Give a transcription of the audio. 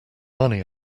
money